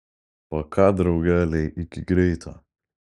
paka draugeliai iki greito